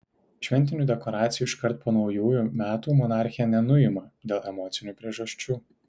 šventinių dekoracijų iškart po naujųjų metų monarchė nenuima dėl emocinių priežasčių